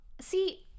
See